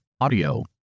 Audio